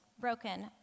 Broken